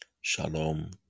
Shalom